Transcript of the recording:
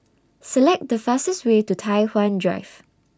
Select The fastest Way to Tai Hwan Drive